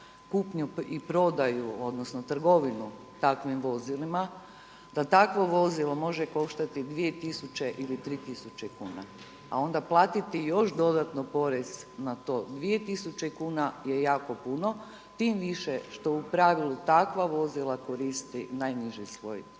kupnju i prodaju odnosno trgovinu takvim vozilima, da takvo vozilo može koštati 2 tisuće ili 3 tisuće kuna. A onda platiti još dodatno porez na to 2 tisuće kuna je jako puno. Tim više što u pravilu takva vozila koristi najniži sloj